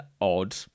odd